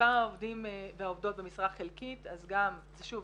מספר העובדים והעובדות במשרה חלקית אז גם זה שוב,